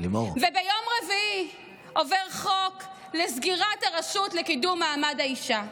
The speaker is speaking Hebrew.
וביום רביעי עובר חוק לסגירת הרשות לקידום מעמד האישה.